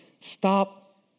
stop